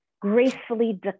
gracefully